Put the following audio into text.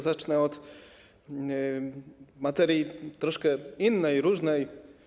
Zacznę od materii troszkę innej, różnej.